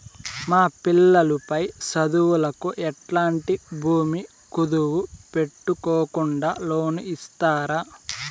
మా పిల్లలు పై చదువులకు ఎట్లాంటి భూమి కుదువు పెట్టుకోకుండా లోను ఇస్తారా